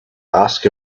ask